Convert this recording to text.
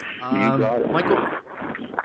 Michael